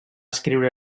escriure